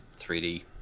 3D